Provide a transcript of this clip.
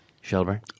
Shelburne